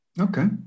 Okay